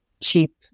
cheap